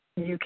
UK